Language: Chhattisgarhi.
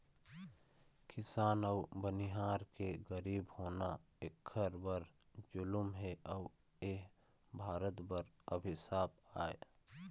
किसान अउ बनिहार के गरीब होना एखर बर जुलुम हे अउ एह भारत बर अभिसाप आय